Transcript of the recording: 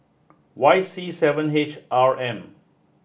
Y C seven H R M